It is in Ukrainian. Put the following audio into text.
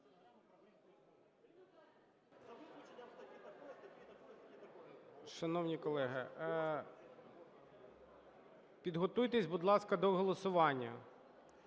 Шановні колеги, підготуйтесь, будь ласка, до голосування.